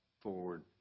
forward